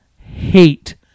hate